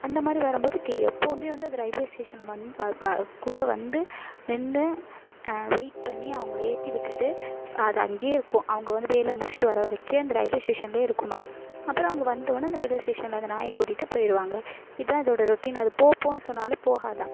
அந்த மாதிரி வரம்போது டி எப்போவுமே வந்து அது ரயில்வே ஸ்டேஷனில் வந்து கூட வந்து நின்று வெயிட் பண்ணி அவங்கள ஏற்றி விட்டுட்டு அது அங்கேயே இருக்கும் அவங்க வந்து வேலை முடிச்சிவிட்டு வர வரக்கே அந்த ரயில்வே ஸ்டேஷன்ல இருக்குமா அப்புறோம் அவங்க வந்தவொன்னே அந்த ரயில்வே ஸ்டேஷனில் அந்த நாயை கூட்டிகிட்டு போயிருவாங்க இதான் அதோட ரொட்டின் அது போ போன்னு சொன்னாலும் போகாதான்